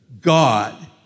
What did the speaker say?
God